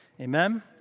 Amen